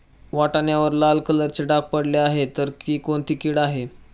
वाटाण्यावर लाल कलरचे डाग पडले आहे तर ती कोणती कीड आहे?